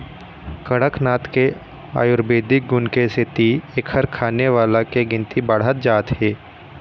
कड़कनाथ के आयुरबेदिक गुन के सेती एखर खाने वाला के गिनती बाढ़त जात हे